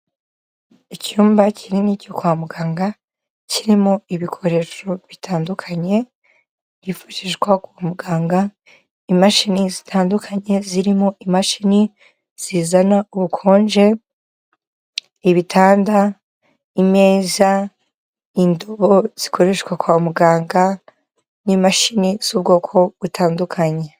Icyumba kinini cyo kwa muganga kirimo ibikoresho bitandukanye byifashishwa kwa muganga, imashini zitandukanye zirimo imashini zizana ubukonje, ibitanda, imeza, indabo zikoreshwa kwa muganga n'imashini z'ubwoko butandukanye.